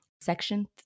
Section